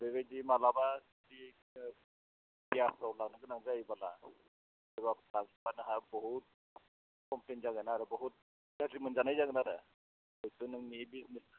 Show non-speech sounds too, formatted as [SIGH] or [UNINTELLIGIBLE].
बेबायदि माब्लाबा ओइ [UNINTELLIGIBLE] लाबोनो गोनां जायोबोला [UNINTELLIGIBLE] बुहुद क'मप्लेन जागोन आरो बुहुद गाज्रि मोनजानाय जागोन आरो बेफोर नोंनि दै